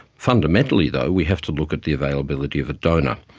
fundamentally though we have to look at the availability of a donor.